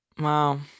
Wow